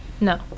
no